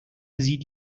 sie